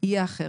יהיה אחרת.